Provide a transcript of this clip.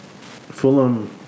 Fulham